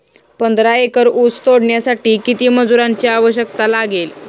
पंधरा एकर ऊस तोडण्यासाठी किती मजुरांची आवश्यकता लागेल?